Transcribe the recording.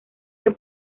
que